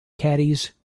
caddies